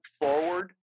forward